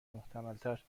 محتملتر